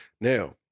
Now